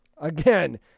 again